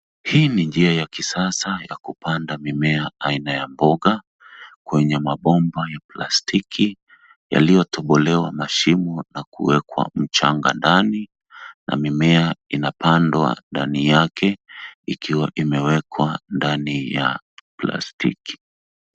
Hii ni njia ya kisasa ya kupanda mimea aina ya mboga kwenye mabomba ya plastiki yaliyotobolewa mashimo na kuwekwa mchanga ndani na mimea inapandwa ndani yake, ikiwa imewekwa ndani ya plastiki.